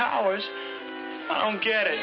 towers i don't get it